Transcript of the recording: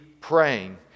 praying